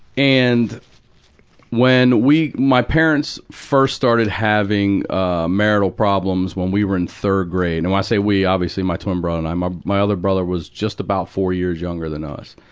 and when we my parents first started having, ah, marital problems when we were in third grade. and when i say we, obviously my twin brother and i my my other brother was just about four years younger than us.